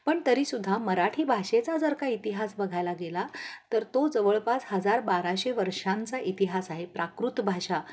पण तरीसुद्धा मराठी भाषेचा जर का इतिहास बघायला गेला तर तो जवळपास हजार बाराशे वर्षांचा इतिहास आहे प्राकृत भाषा